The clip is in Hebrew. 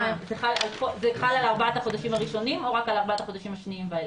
זה חל על ארבעת החודשים הראשונים או רק על ארבעת החודשים השניים ואילך?